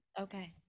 Okay